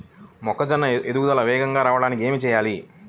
మొక్కజోన్న ఎదుగుదల వేగంగా రావడానికి ఏమి చెయ్యాలి?